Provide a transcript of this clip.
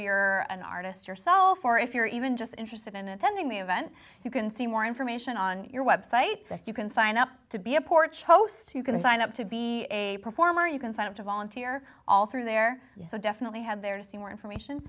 you're an artist yourself or if you're even just interested in attending the event you can see more information on your website that you can sign up to be a porch post you can sign up to be a performer you can sign up to volunteer all through there so definitely have there to see more information